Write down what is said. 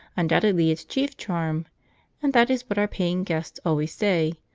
undoubtedly its chief charm and that is what our paying guests always say,